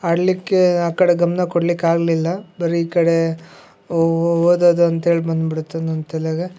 ಆಡಲಿಕ್ಕೆ ಆ ಕಡೆ ಗಮನಕೊಡ್ಲಿಕ್ ಆಗಲಿಲ್ಲ ಬರೀ ಈ ಕಡೆ ಓದೋದು ಅಂತೇಳಿ ಬಂದ್ಬಿಡ್ತು ನನ್ನ ತಲೆಯಾಗ